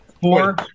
Four